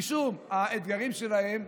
משום האתגרים שלהם,